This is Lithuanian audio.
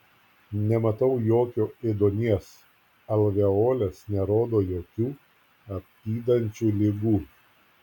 nematau jokio ėduonies alveolės nerodo jokių apydančių ligų